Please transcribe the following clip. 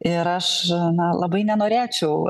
ir aš na labai nenorėčiau